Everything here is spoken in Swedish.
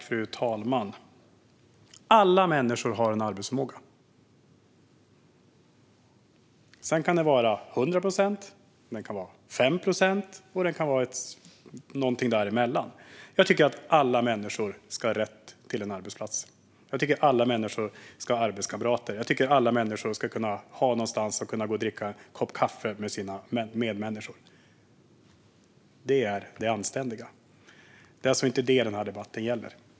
Fru talman! Alla människor har en arbetsförmåga. Sedan kan den vara 100 procent, den kan vara 5 procent och den kan vara någonting däremellan. Jag tycker att alla människor ska ha rätt till en arbetsplats. Jag tycker att alla människor ska ha arbetskamrater. Jag tycker att alla människor ska ha någonstans att kunna gå och dricka en kopp kaffe med sina medmänniskor. Det är det anständiga. Det är alltså inte det denna debatt gäller.